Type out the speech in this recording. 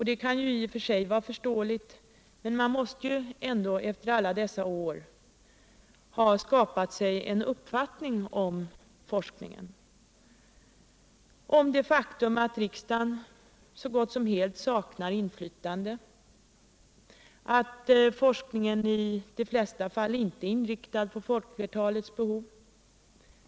Det kan i och för sig vara förståeligt, men man måste väl efter alla dessa år ändå ha skapat sig en uppfattning om forskningen, om det faktum att riksdagen så gott som helt saknar inflytande på det området, om att forskningen i de flesta fall inte är inriktad på folkflertalets behov.